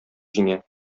җиңә